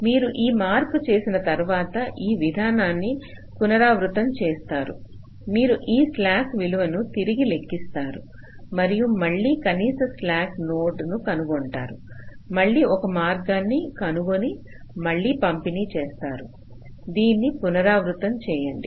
మీరు ఈ మార్పు చేసిన తర్వాత ఈ విధానాన్ని పునరావృతం చేస్తారు మీరు ఈ స్లాక్ విలువను తిరిగి లెక్కిస్తారు మరియు మళ్ళీ కనీస స్లాక్ నోడ్ ను కనుగొంటారు మళ్ళీ ఒక మార్గాన్ని కనుగొని మళ్ళీ పంపిణీ చేస్తారు దీన్ని పునరావృతం చేయండి